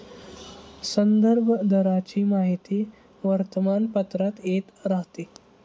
संदर्भ दराची माहिती वर्तमानपत्रात येत राहते